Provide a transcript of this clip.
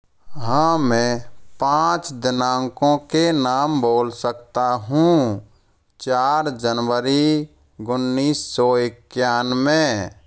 हाँ मैं पाँच दिनांकों के नाम बोल सकता हूँ चार जनवरी उन्नीस सौ इक्यानवे